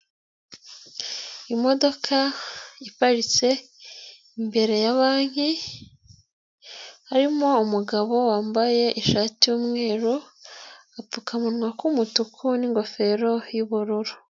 Imodoka iparitse imbere ya banki harimo umugabo wambaye ishati y'umweru, apfukamunwa k'umutuku n'ingofero y'ubururu.